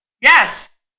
Yes